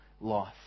life